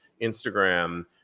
Instagram